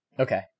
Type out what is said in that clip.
Okay